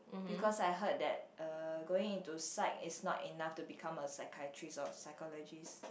because I heard that uh going into psych is not enough to become a psychiatrist or psychologist